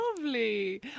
lovely